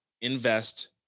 invest